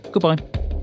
Goodbye